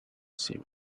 seem